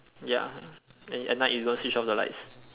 ya at night you don't switch off the lights